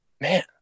Man